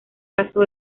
caso